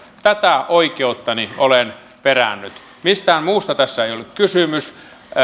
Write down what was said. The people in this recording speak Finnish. tätä oikeuttani olen perännyt mistään muusta tässä ei ole kysymys